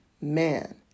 man